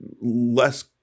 less